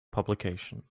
publication